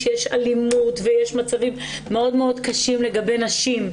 שיש אלימות ויש מצבים מאוד קשים לגבי נשים,